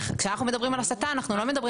כשאנחנו מדברים על הסטה אנחנו לא מדברים